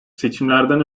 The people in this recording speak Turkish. seçimlerden